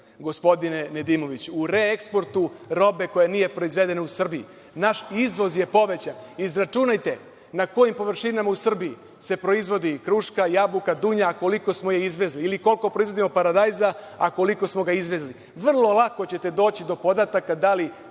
gospodine Nedimoviću, u reeksportu robe koja nije proizvedena u Srbiji. Naš izvoz je povećan. Izračunajte na kojim površinama u Srbiji se proizvodi kruška, jabuka, dunja, a koliko smo je izvezli ili koliko proizvodimo paradajza, a koliko smo ga izvezli. Vrlo lako ćete doći do podataka da li